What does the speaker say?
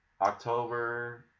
October